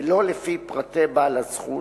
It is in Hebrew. ולא לפי פרטי בעל הזכות,